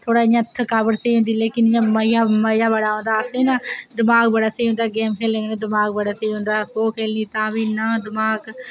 थोह्ड़ा इंया थकावट सेही होंदी लेकिन इं'या मज़ा बड़ा औंदा हा असें ई ना दमाक बड़ा स्हेई होंदा खेल्लने कन्नै दमाक स्हेई होंदा खो खेल्लनी तां बी दमाक